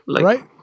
Right